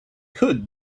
could